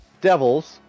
devils